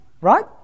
right